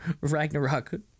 Ragnarok